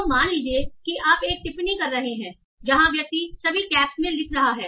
तो मान लीजिए कि आप एक टिप्पणी कर रहे हैं जहां व्यक्ति सभी कैप्स में लिख रहा है